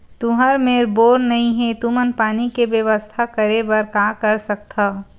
तुहर मेर बोर नइ हे तुमन पानी के बेवस्था करेबर का कर सकथव?